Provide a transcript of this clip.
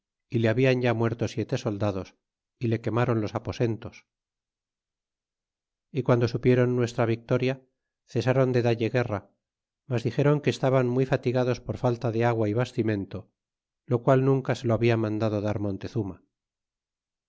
y le hablan ya muerto siete soldados y le quemron los aposentos y guando supiéron nuestra victoria cesron de dalle guerra mas dixéron que estaban muy fatigados por falta de agua y bastimento lo qual nunca se lo habla mandado dar montezuma